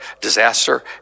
disaster